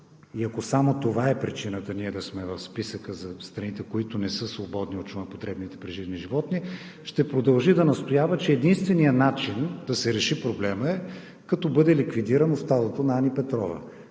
и ако само това е причината ние да сме в списъка за страните, които не са свободни от чума по дребните преживни животни, ще продължи да настоява, че единственият начин да се реши проблемът е, като бъде ликвидирано стадото на Ани Петрова,